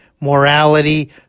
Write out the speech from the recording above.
morality